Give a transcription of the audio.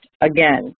again